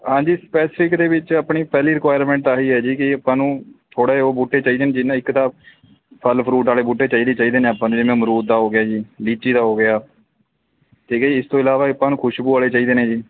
ਹਾਂਜੀ ਸਪੈਸਿਕ ਦੇ ਵਿੱਚ ਆਪਣੀ ਪਹਿਲੀ ਰਿਕੁਆਇਰਮੈਂਟ ਆਹੀ ਹੈ ਜੀ ਕਿ ਆਪਾਂ ਨੂੰ ਥੋੜ੍ਹੇ ਉਹ ਬੂਟੇ ਚਾਹੀਦੇ ਜਿਸ ਨਾਲ ਇੱਕ ਤਾਂ ਫਲ ਫਰੂਟ ਵਾਲੇ ਬੂਟੇ ਚਾਹੀਦੇ ਚਾਹੀਦੇ ਨੇ ਆਪਾਂ ਨੂੰ ਜਿਵੇਂ ਅਮਰੂਦ ਦਾ ਹੋ ਗਿਆ ਜੀ ਲੀਚੀ ਦਾ ਹੋ ਗਿਆ ਠੀਕ ਹੈ ਜੀ ਇਸ ਤੋਂ ਇਲਾਵਾ ਆਪਾਂ ਨੂੰ ਖੁਸ਼ਬੂ ਵਾਲੇ ਚਾਹੀਦੇ ਨੇ ਜੀ